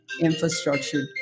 infrastructure